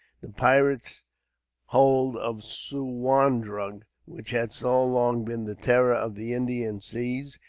the pirate hold of suwarndrug, which had so long been the terror of the indian seas,